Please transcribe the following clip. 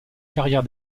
carrière